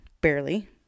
barely